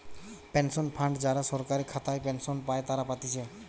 pension fund যারা সরকারি খাতায় পেনশন পাই তারা পাতিছে